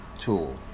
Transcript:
tool